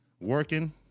working –